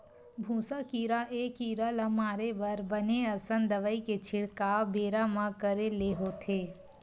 भूसा कीरा ए कीरा ल मारे बर बने असन दवई के छिड़काव बेरा म करे ले होथे